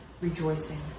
rejoicing